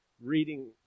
reading